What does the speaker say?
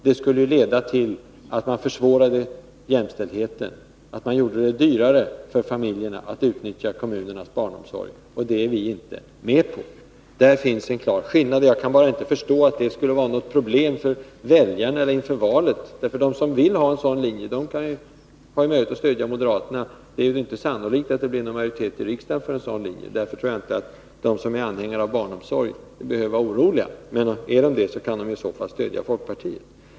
Det skulle leda till att man försvårade jämställdheten, att man gjorde det dyrare för familjerna att utnyttja kommunernas barnomsorg, och det är vi inte med på. Där finns det alltså en klar skillnad, och jag kan inte förstå att det skulle vara något problem inför valet. De som vill ha moderaternas linje kan ju stödja moderata samlingspartiet. Det är inte sannolikt att det blir någon majoritet i riksdagen för en sådan linje, och därför tror jag inte att anhängarna av barnomsorg behöver vara oroliga. Men om de är det, bör de stödja folkpartiet.